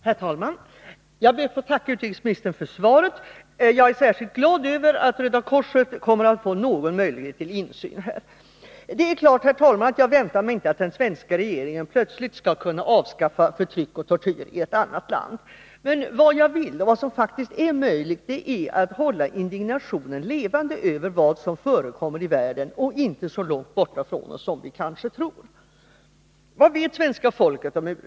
Herr talman! Jag ber att få tacka utrikesministern för svaret. Jag är särskilt glad över att Röda korset kommer att få någon möjlighet till insyn. Det är klart, herr talman, att jag inte väntar mig att den svenska regeringen plötsligt skall kunna avskaffa förtryck och tortyri ett annat land. Men vad jag vill, och vad som faktiskt är möjligt, det är att hålla indignationen levande över vad som förekommer i världen — inte så långt borta i från oss som vi kanske tror. Vad vet svenska folket om Uruguay?